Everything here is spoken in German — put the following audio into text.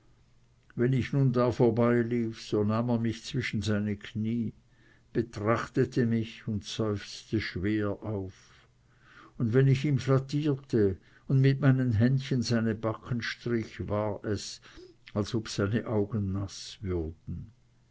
wenn ich nun da vorbeilief so nahm er mich zwischen seine knie betrachtete mich und seufzte schwer auf und wenn ich ihm flattierte und mit meinen händchen seine backen strich war es als ob seine augen naß würden